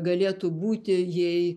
galėtų būti jei